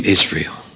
Israel